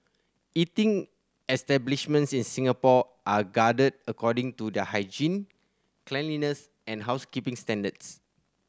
eating establishments in Singapore are according to their hygiene cleanliness and housekeeping standards